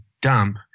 dump